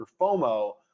FOMO